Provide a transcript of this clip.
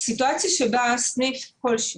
סיטואציה שבה סניף כלשהו,